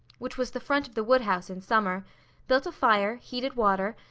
which was the front of the woodhouse, in summer built a fire, heated water,